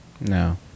No